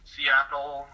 Seattle